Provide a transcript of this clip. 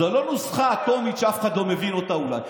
זו לא נוסחה אטומית שאף אחד לא מבין אותה אולי,